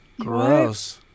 gross